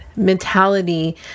mentality